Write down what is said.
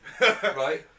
Right